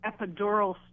epidural